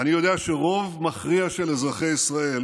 אני יודע שרוב מכריע של אזרחי ישראל